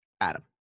Adam